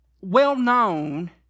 well-known